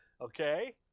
Okay